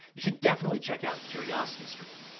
you should definitely check out curiosity stream.